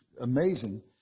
amazing